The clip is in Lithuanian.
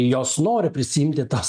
jos nori prisiimti tas